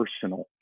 personal